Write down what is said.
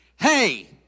Hey